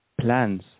plans